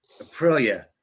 Aprilia